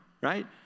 Right